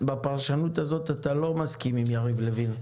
-- בפרשנות הזאת אתה לא מסכים עם יריב לוין.